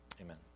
Amen